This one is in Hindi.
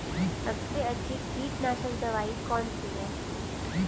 सबसे अच्छी कीटनाशक दवाई कौन सी है?